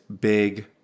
big